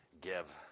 give